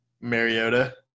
Mariota